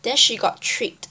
then she got tricked